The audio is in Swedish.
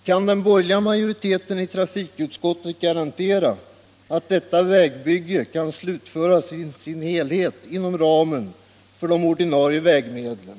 Kan den borgerliga majoriteten i trafikutskottet garantera att detta vägbygge kan utföras i sin helhet inom ramen för de ordinarie vägmedlen?